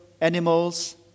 animals